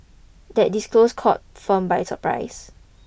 that disclosure caught firms by surprise